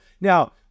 Now